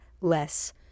less